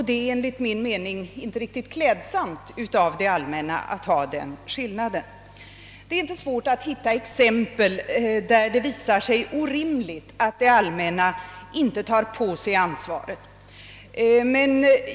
Det är enligt min uppfattning inte riktigt klädsamt av det allmänna att det finns en sådan skillnad. Det är inte svårt att hitta exempel som visar att det är orimligt att det allmänna inte tar på sig ansvaret.